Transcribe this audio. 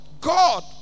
God